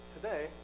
today